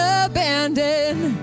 abandoned